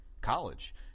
college